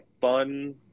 fun